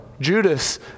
Judas